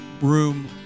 room